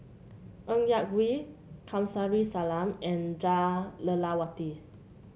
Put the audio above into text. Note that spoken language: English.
Ng Yak Whee Kamsari Salam and Jah Lelawati